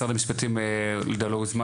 משרד המשפטים הוזמן,